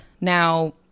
Now